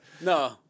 No